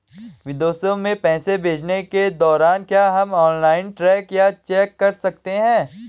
विदेश में पैसे भेजने के दौरान क्या हम ऑनलाइन ट्रैक या चेक कर सकते हैं?